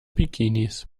bikinis